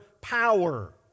power